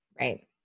Right